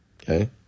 Okay